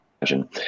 imagine